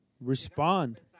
respond